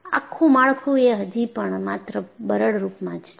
આખું માળખું એ હજી પણ માત્ર બરડ રૂપમાં જ છે